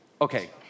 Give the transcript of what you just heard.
Okay